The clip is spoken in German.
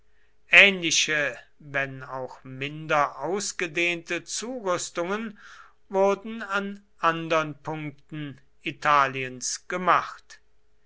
ähnliche wenn auch minder ausgedehnte zurüstungen wurden an andern punkten italiens gemacht